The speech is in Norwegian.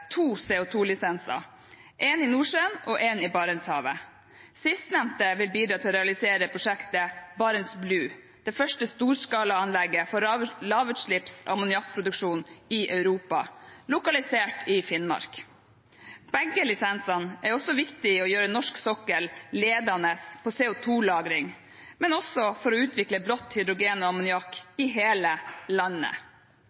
to CO 2 -lisenser, en i Nordsjøen og en i Barentshavet. Sistnevnte vil bidra til å realisere prosjektet Barents Blue, det første storskala anlegget for lavutslipps ammoniakkproduksjon i Europa, lokalisert i Finnmark. Begge lisensene er viktige for å gjøre norsk sokkel ledende innen CO 2 - lagring, men også for å utvikle blått hydrogen og